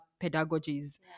pedagogies